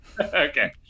Okay